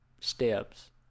steps